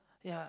ya